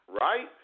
Right